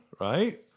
right